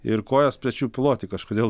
ir kojas pečių ploty kažkodėl